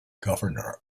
governor